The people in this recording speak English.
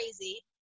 crazy